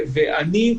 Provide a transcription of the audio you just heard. אני,